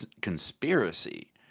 conspiracy